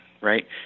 right